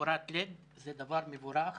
בתאורת לד זה דבר מבורך